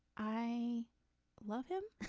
i love him